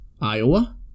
Iowa